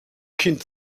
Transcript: kind